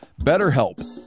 BetterHelp